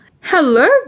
Hello